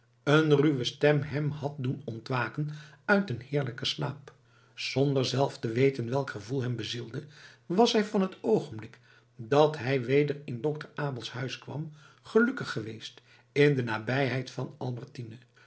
een ruwe stem hem had doen ontwaken uit een heerlijken slaap zonder zelf te weten welk gevoel hem bezielde was hij van het oogenblik dat hij weder in dokter abels huis kwam gelukkig geweest in de nabijheid van